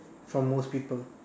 from most people